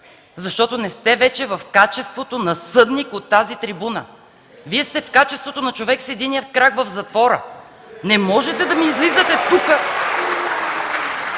защото не сте вече в качеството на съдник от тази трибуна. Вие сте в качеството на човек с единия крак в затвора. (Ръкопляскания от КБ